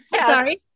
Sorry